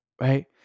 right